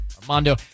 Armando